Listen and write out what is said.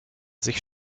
sich